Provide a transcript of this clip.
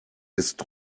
ist